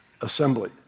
assembly